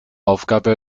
aufgabe